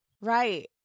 Right